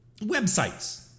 websites